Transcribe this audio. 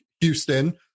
Houston